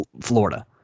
Florida